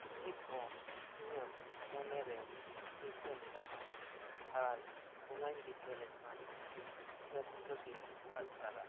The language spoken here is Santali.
ᱱᱤᱛ ᱦᱚᱸ ᱤᱧᱟᱜ ᱢᱚᱱᱮᱨᱮ ᱫᱤᱥᱟᱹ ᱢᱮᱱᱟᱜᱼᱟ ᱟᱨ ᱚᱱᱟᱧ ᱫᱤᱥᱟᱹ ᱞᱮᱠᱷᱟᱱ ᱟᱹᱰᱤ ᱨᱟᱹᱥᱠᱟᱹᱜᱮᱧ ᱟᱴᱠᱟᱨᱟ